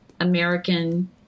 American